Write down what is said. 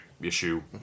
issue